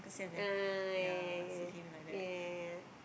ah ah ya ya ya ya ya ya ya ya ya ya